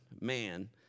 man